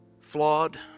Flawed